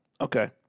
okay